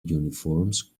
uniforms